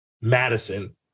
Madison